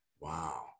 Wow